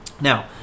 Now